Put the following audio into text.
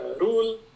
rule